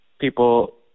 people